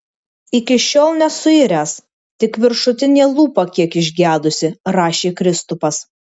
iki šiol nesuiręs tik viršutinė lūpa kiek išgedusi rašė kristupas